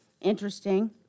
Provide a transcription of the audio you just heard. interesting